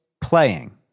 playing